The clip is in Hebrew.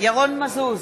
ירון מזוז,